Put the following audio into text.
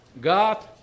God